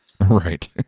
right